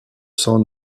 son